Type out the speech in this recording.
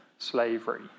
Slavery